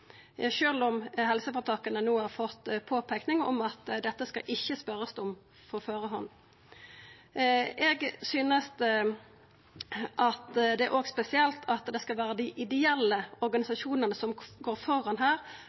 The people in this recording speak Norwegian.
om helseføretaka no har fått ei påpeiking om at dei ikkje skal spørja om dette på førehand. Eg synest også det er spesielt at det skal vera dei ideelle organisasjonane som går framfor her